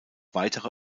weitere